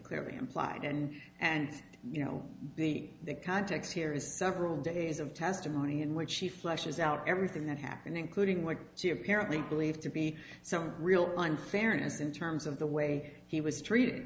clear implied and and you know the context here is several days of testimony in which she flushes out everything that happened including what she apparently believed to be some real unfairness in terms of the way he was treated